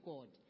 God